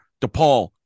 DePaul